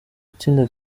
gutsinda